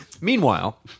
Meanwhile